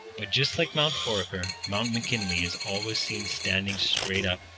but just like mt. foraker, mt. mckinley is always seen standing straight up,